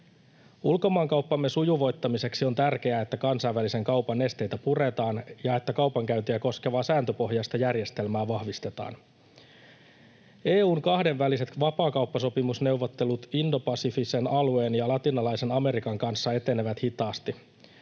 Ulkomaankauppamme sujuvoittamiseksi on tärkeää, että kansainvälisen kaupan esteitä puretaan ja että kaupankäyntiä koskevaa sääntöpohjaista järjestelmää vahvistetaan. EU:n kahdenväliset vapaakauppasopimusneuvottelut indopasifisen alueen ja Latinalaisen Amerikan kanssa etenevät hitaasti.